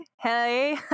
hey